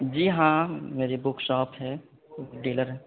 جی ہاں میری book shop ہے ڈیلر ہیں